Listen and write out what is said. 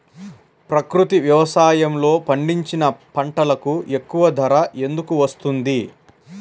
ప్రకృతి వ్యవసాయములో పండించిన పంటలకు ఎక్కువ ధర ఎందుకు వస్తుంది?